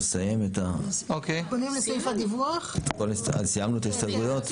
סיימנו את ההסתייגויות?